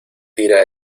tira